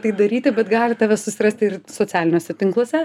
tai daryti bet gali tave susirasti ir socialiniuose tinkluose